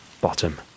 bottom